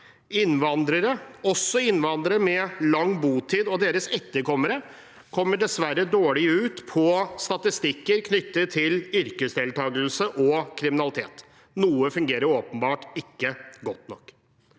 Innvandrere, også innvandrere med lang botid og deres etterkommere, kommer dessverre dårlig ut på statistikker knyttet til yrkesdeltagelse og kriminalitet. Noe fungerer åpenbart ikke godt nok.